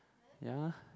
ya